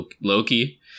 Loki